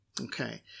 Okay